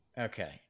Okay